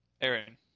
Aaron